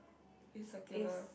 is circular